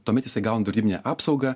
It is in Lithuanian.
tuomet jisai gauna draudiminę apsaugą